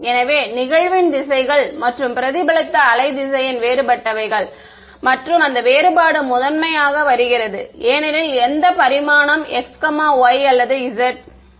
எனவே நிகழ்வின் திசைகள் மற்றும் பிரதிபலித்த வேவ் வெக்டர் வேறுபட்டவைகள் மற்றும் அந்த வேறுபாடு முதன்மையாக வருகிறது ஏனெனில் எந்த பரிமாணம் x y அல்லது z